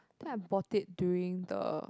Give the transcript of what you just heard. think I bought it during the